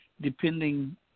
depending